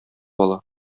ала